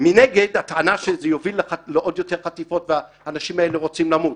מנגד הטענה שזה יביא לעוד יותר חטיפות והאנשים האלה רוצים למות.